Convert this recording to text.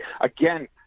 again